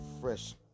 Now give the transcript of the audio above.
fresh